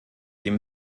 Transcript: dem